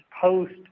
post